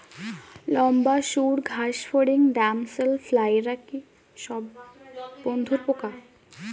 লম্বা সুড় ঘাসফড়িং ড্যামসেল ফ্লাইরা কি সব বন্ধুর পোকা?